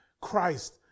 Christ